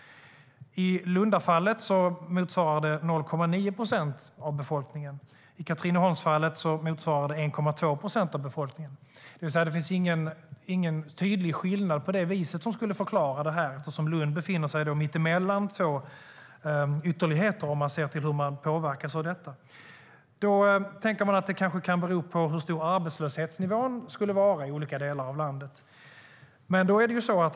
I Lundafallet motsvarar det 0,9 procent av befolkningen. I Katrineholmsfallet motsvarar det 1,2 procent av befolkningen. Det finns alltså ingen tydlig skillnad som skulle förklara det här, eftersom Lund befinner sig mitt emellan två ytterligheter. Då kan det kanske bero på hur stor arbetslöshetsnivån är i olika delar av landet.